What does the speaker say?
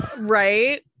right